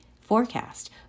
forecast